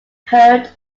heard